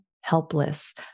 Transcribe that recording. helpless